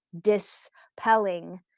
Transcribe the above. dispelling